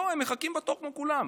לא, הם מחכים בתור כמו כולם.